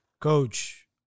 Coach